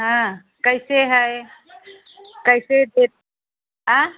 हाँ कैसे हैं कैसे देते आँ